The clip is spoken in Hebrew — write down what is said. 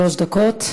שלוש דקות.